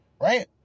Right